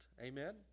Amen